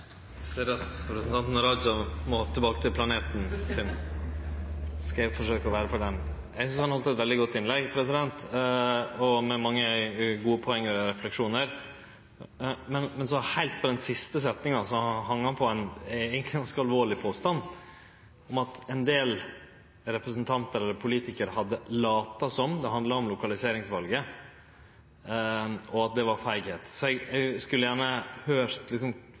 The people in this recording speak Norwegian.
skal eg forsøkje å vere på den. Eg synest han heldt eit veldig godt innlegg, med mange gode poeng og refleksjonar, men så, heilt på den siste setninga, hengde han på ein eigentleg ganske alvorleg påstand om at ein del representantar, eller politikarar, hadde late som det handla om lokaliseringsvalet – og at det var «feighet». Eg har oppfatta heile vegen at alle – tverrpolitisk – har understreka det motsette, så eg skulle gjerne høyrt, for det er jo ein sterk påstand, kven som